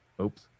oops